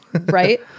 Right